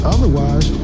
Otherwise